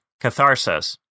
catharsis